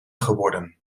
geworden